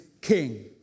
king